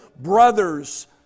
brothers